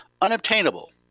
unobtainable